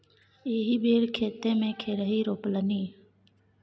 एहि बेर खेते मे खेरही रोपलनि